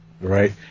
Right